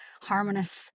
harmonious